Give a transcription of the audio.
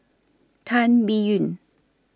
Tan Biyun